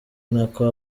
nako